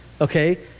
okay